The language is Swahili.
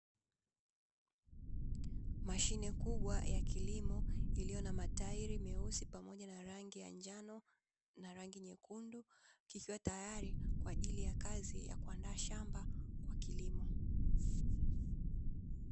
Mashine kubwa ya kilimo, iliyo na matairi meusi pamoja na rangi ya njano na rangi nyekundu, ikiwa tayari kwa ajili ya kazi ya kuandaa shamba kwa kilimo.